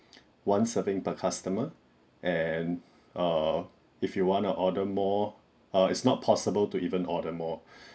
one serving per customer and err if you want to order more err it's not possible to even order more